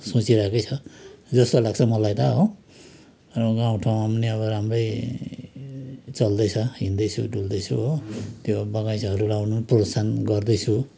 सोचिरहेकै छ जस्तो लाग्छ मलाई त हो र गाउँ ठाउँमा नि अब राम्रै चल्दैछ हिँड्दैछु डुल्दैछु हो त्यो बगैँचाहरू लाउनु प्रोत्साहन गर्दैछु